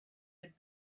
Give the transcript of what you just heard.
had